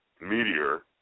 Meteor